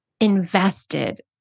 invested